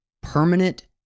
permanent